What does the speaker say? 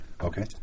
okay